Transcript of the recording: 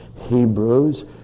Hebrews